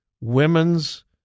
women's